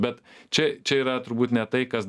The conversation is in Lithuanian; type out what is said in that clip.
bet čia čia yra turbūt ne tai kas